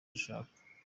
rishasha